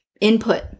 input